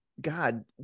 god